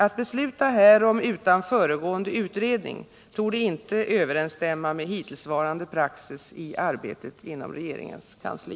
Att besluta härom utan föregående utredning torde inte överensstämma med hittillsvarande praxis i arbetet inom regeringens kansli.